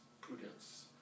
prudence